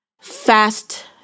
fast